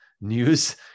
news